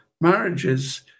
marriages